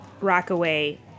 Rockaway